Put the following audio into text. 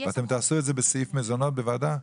אתם תעשו את זה בסעיף מזונות בוועדה?